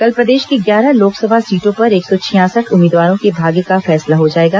कल प्रदेश की ग्यारह लोकसभा सीटों पर एक सौ छियासठ उम्मीदवारों के भाग्य का फैसला हो जाएगा